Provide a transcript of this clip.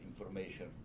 information